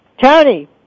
Tony